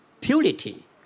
purity